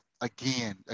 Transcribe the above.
again